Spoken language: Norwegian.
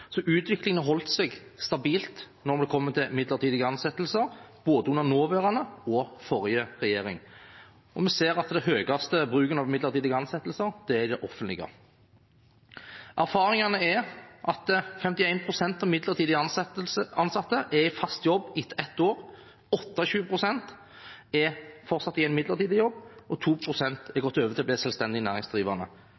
så utviklingen har holdt seg stabil når det kommer til midlertidige ansettelser under både nåværende og forrige regjering. Vi ser at den høyeste bruken av midlertidige ansettelser er i det offentlige. Erfaringene er at 51 pst. av midlertidig ansatte er i fast jobb etter 1 år, 28 pst. er fortsatt i en midlertidig jobb, og 2 pst. er